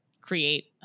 create